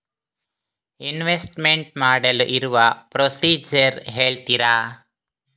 Investment ಮಾಡಲು ಇರುವ procedure ಹೇಳ್ತೀರಾ?